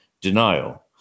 denial